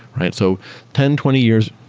right? so ten, twenty years,